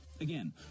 Again